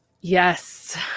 yes